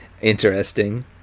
interesting